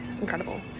incredible